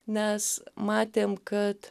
nes matėm kad